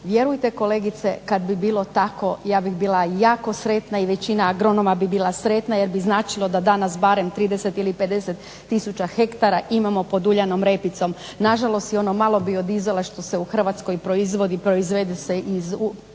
vjerujte kolegice, kada bi bilo tako ja bih bila jako sretna i većina agronoma bi bila sretna jer bi značilo da danas barem 30 ili 50 tisuća hektara imamo pod uljanom repicom. Na žalost i ono malo bio diesela što se u Hrvatskoj proizvodi, proizvede se od